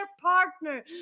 partner